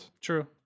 True